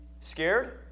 Scared